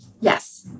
Yes